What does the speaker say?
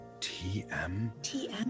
TM